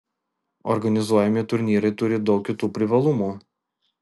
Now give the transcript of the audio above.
organizuojami turnyrai turi daug kitų privalumų